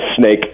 snake